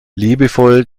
liebevoll